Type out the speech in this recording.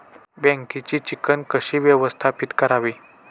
बँकेची चिकण कशी व्यवस्थापित करावी?